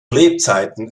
lebzeiten